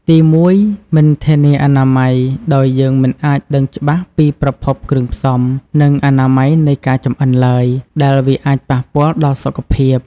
ទីមួយ មិនធានាអនាម័យ ដោយយើងមិនអាចដឹងច្បាស់ពីប្រភពគ្រឿងផ្សំ និងអនាម័យនៃការចម្អិនឡើយ ដែលវាអាចប៉ះពាល់ដល់សុខភាព។